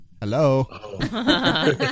Hello